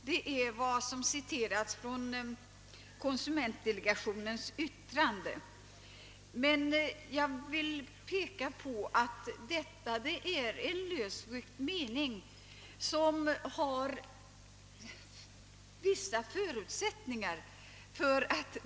Jag vill påpeka att denna mening, lösryckt ur sitt sammanhang, får en annan innebörd än vad konsumentdelegationen har avsett.